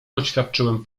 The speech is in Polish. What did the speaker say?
oświadczyłem